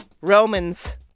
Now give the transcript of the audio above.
Romans